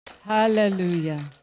Hallelujah